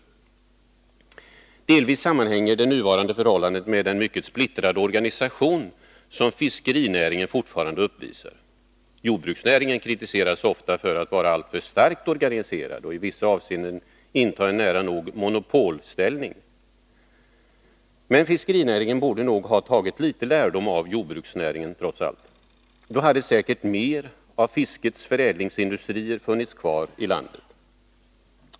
I viss mån sammanhänger det nuvarande förhållandet med den mycket splittrade organisation som fiskerinäringen fortfarande uppvisar. Jordbruksnäringen kritiseras ofta för att vara alltför starkt organiserad och för att i vissa avseenden inta nära nog monopolställning. Fiskerinäringen borde nog, trots allt, ha tagit åtminstone litet lärdom av jordbruksnäringen. Då hade säkert fler av fiskets förädlingsindustrier funnits kvar i landet.